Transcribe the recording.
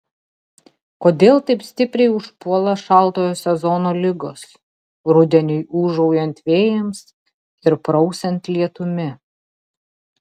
kodėl taip stipriai užpuola šaltojo sezono ligos rudeniui ūžaujant vėjams ir prausiant lietumi